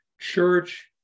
church